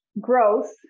growth